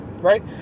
right